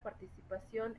participación